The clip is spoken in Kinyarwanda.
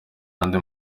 n’andi